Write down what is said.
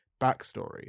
backstory